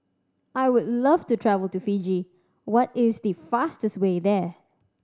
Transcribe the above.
I would love to travel to Fiji What is the fastest way there